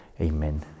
Amen